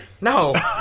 No